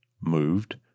moved